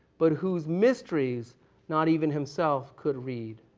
but whose mysteries not even himself could read,